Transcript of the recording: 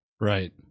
Right